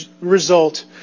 result